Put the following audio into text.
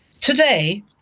Today